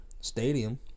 stadium